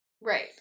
Right